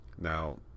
Now